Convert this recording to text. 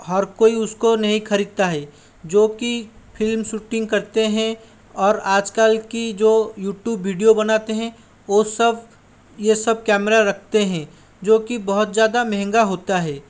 हर कोई उसको नहीं खरीदता है जोकि फिल्म सूटिंग करते हैं और आजकल की जो यूट्यूब वीडियो बनाते हैं वो सब ये सब कैमरा रखते हैं जोकि बहुत ज़्यादा महंगा होता है